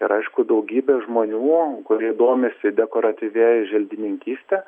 ir aišku daugybė žmonių kurie domisi dekoratyvia želdininkyste